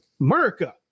America